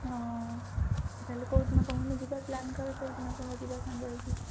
ହଁ ତା'ହେଲେ କେଉଁ ଦିନ କହୁନୁ ଯିବା ପ୍ଲାନ୍ କର କେଉଁ ଦିନ କହ ଯିବା ସାଙ୍ଗ ହୋଇକି